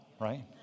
right